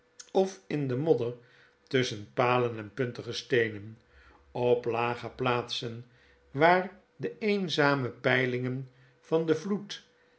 of in den modder tusschen palen en puntige steenen op lage plaatsen waar de eenzame peilingen van den vloed